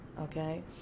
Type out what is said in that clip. okay